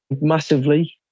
massively